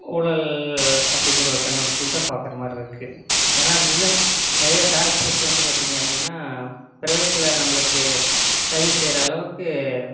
ஊழல் அப்படிங்கிற ஒரு கண்ணோட்டத்தில் தான் பார்க்கற மாதிரி இருக்குது ஏன்னா அப்படி இருந்தால் நிறையா டாக்டர்ஸ் வந்து பார்த்தீங்க அப்படின்னா பிரைவேட்ல நம்மளுக்கு சர்வீஸ் செய்கிற அளவுக்கு